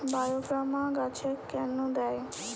বায়োগ্রামা গাছে কেন দেয়?